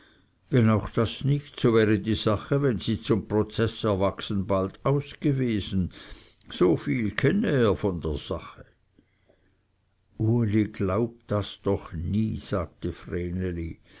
wenn auch das nicht so wäre die sache wenn sie zum prozeß erwachsen bald aus gewesen so viel kenne er von der sache uli das glaube doch nie sagte